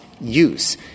use